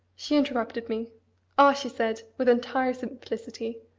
she interrupted me ah! she said, with entire simplicity,